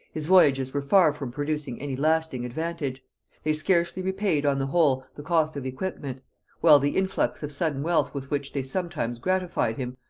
his voyages were far from producing any lasting advantage they scarcely repaid on the whole the cost of equipment while the influx of sudden wealth with which they sometimes gratified him,